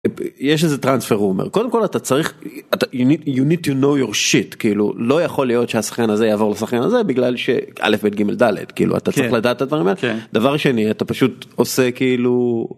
יש איזה טראנספר הוא אומר. קודם כל אתה צריך אתה צריך, you need to know your shit כאילו לא יכול להיות שהשחקן הזה יעבור לשחקן הזה בגלל שאלף בית גימל דלת כאילו אתה צריך לדעת את הדברים האלה. כן. דבר שני אתה פשוט עושה כאילו.